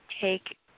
take